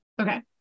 Okay